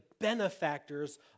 benefactors